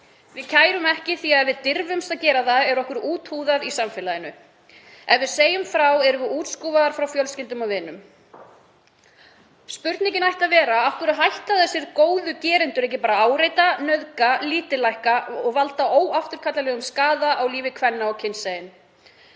Við kærum ekki því að ef við dirfumst að gera það er okkur úthúðað í samfélaginu. Ef við segjum frá erum við útskúfaðar frá fjölskyldum og vinum. Spurningin ætti að vera: Af hverju hætta þessir góðu gerendur ekki bara að áreita, nauðga, lítillækka og valda óafturkallanlegum skaða á lífi kvenna og kynsegin?